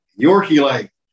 Yorkie-like